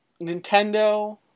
Nintendo